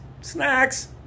Snacks